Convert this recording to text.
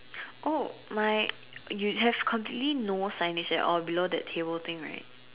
oh my you have completely no signage at all below that table thing right